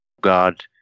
God